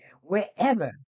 Wherever